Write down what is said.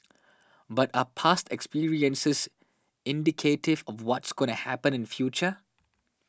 but are past experiences indicative of what's gonna happen in future